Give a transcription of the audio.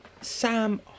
Sam